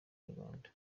inyarwanda